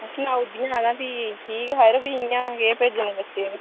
ते सनाई ओड़दियां हा ते भी ठीक हा यरो प्ही इ'यां केह् भेजने बच्चे में